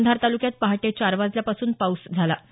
कंधार तालुक्यात पहाटे चार वाजल्यापासून पाऊस झाला